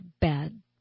Bad